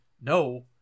no